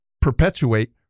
perpetuate